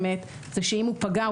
שאם הוא פגע,